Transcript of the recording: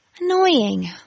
Annoying